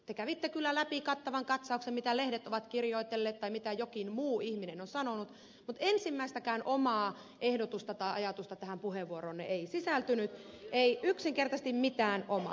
te kävitte kyllä läpi kattavan katsauksen mitä lehdet ovat kirjoitelleet tai mitä joku muu ihminen on sanonut mutta ensimmäistäkään omaa ehdotusta tai ajatusta tähän puheenvuoroonne ei sisältynyt ei yksinkertaisesti mitään omaa